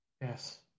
Yes